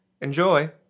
Enjoy